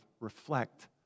reflect